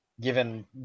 Given